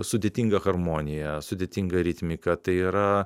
sudėtinga harmonija sudėtinga ritmika tai yra